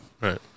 Right